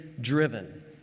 driven